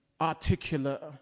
articulate